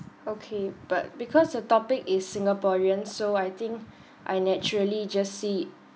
okay but because the topic is singaporean so I think I naturally just see